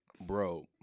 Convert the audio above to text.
Bro